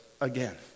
again